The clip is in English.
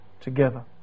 together